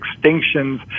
extinctions